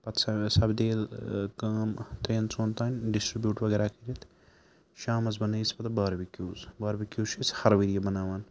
پَتہٕ سپدے ییٚلہِ کٲم ترٛیٚن ژوٚن تانۍ ڈِسٹِربیوٗٹ وغیرہ کٔرِتھ شامَس بَنٲیِس پَتہٕ باربِکیوٗز باربِکیوٗز چھِ أسۍ ہر ؤری بَناوان